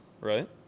right